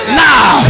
now